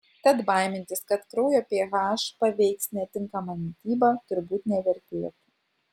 tad baimintis kad kraujo ph paveiks netinkama mityba turbūt nevertėtų